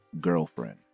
girlfriend